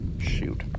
shoot